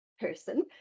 person